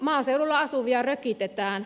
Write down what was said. maaseudulla asuvia rökitetään